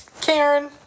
Karen